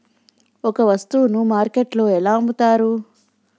ఒక వస్తువును మార్కెట్లో ఎలా అమ్ముతరు?